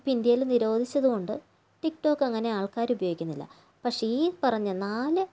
ഇപ്പോൾ ഇന്ത്യയിൽ നിരോധിച്ചതു കൊണ്ട് ടിക്ടോക്കങ്ങനെ ആൾക്കാരുപയോഗിക്കുന്നില്ല പക്ഷേ ഈ പറഞ്ഞ നാല്